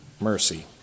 mercy